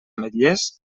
ametllers